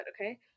okay